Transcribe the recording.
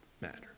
matter